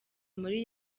muri